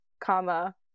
comma